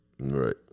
Right